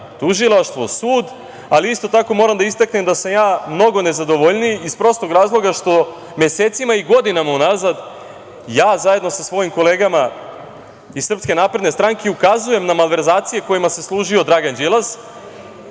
tužilaštvo, sud, ali isto tako moram da istaknem da sam ja mnogo nezadovoljniji iz prostog razloga što mesecima i godinama unazad, zajedno sa svojim kolegama iz SNS, ukazujem na malverzacije kojima se služio Dragan Đilas